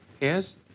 Yes